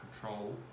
control